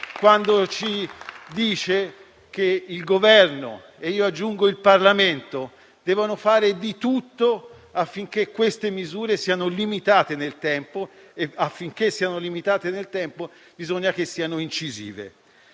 quando ci dice che il Governo e - aggiungo - il Parlamento devono fare di tutto affinché queste misure siano limitate nel tempo, e perché ciò avvenga è necessario che siano incisive.